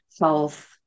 health